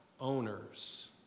owners